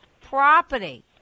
property